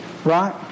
Right